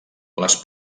les